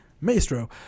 maestro